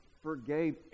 forgave